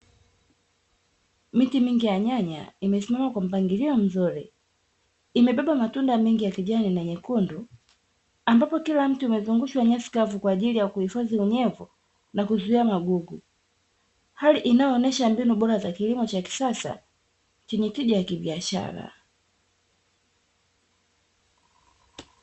Miti mingi ya nyanya imesimama kwa mpangilio mzuri. imebeba matunda mengi ya kijani na nyekundu. ambapo kila mti umezungushwa nyasi kavu kwaajili ya kuhifadhi unyevu na kuzuia magugu. hali inayoonyesha mbinu bora ya kilimo cha kisasa chenye tija ya kibiashara.